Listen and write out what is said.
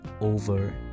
over